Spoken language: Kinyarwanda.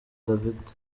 davido